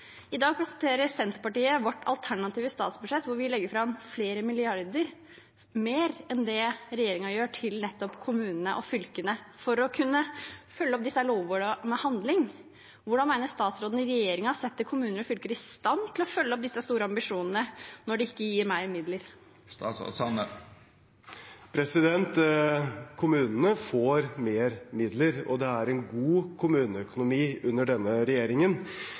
I dag presenterer Senterpartiet sitt alternative statsbudsjett, hvor vi legger fram flere milliarder mer enn det regjeringen gjør, til nettopp kommunene og fylkene, for å kunne følge opp disse lovordene med handling. Hvordan mener statsråden regjeringen setter kommuner og fylker i stand til å følge opp disse store ambisjonene når de ikke gir mer midler? Kommunene får mer midler, og det er en god kommuneøkonomi under denne regjeringen.